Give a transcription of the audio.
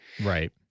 Right